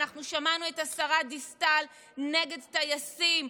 אנחנו שמענו את השרה דיסטל נגד הטייסים,